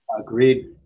Agreed